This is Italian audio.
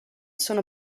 sono